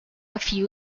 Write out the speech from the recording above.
few